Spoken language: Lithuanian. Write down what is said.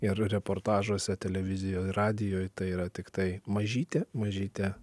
ir reportažuose televizijoj ir radijoj tai yra tiktai mažytė mažytė